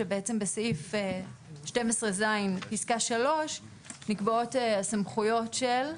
שבעצם בסעיף 12(ז) פסקה 3 נקבעות הסמכויות של?